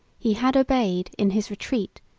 he had obeyed, in his retreat,